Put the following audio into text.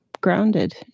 grounded